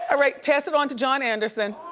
ah right, pass it on to john anderson.